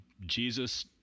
Jesus